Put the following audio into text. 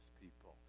people